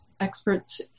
experts